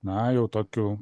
na jau tokiu